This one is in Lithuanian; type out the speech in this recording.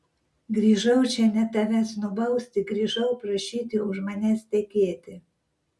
grįžau čia ne tavęs nubausti grįžau prašyti už manęs tekėti